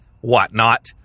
whatnot